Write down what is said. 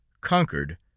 conquered